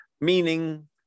meaning